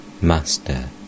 Master